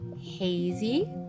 hazy